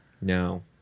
no